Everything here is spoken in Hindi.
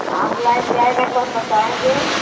ऑनलाइन चाहेगा तो हम बताएँगे